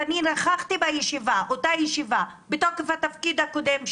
ואני נכחתי באותה ישיבה מתוקף התפקיד הקודם שלי,